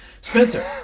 Spencer